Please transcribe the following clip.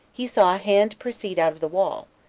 he saw a hand proceed out of the wall,